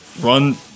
run